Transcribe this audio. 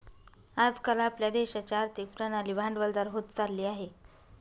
आज काल आपल्या देशाची आर्थिक प्रणाली भांडवलदार होत चालली आहे